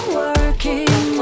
working